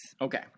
Okay